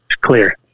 clear